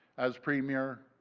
as premier,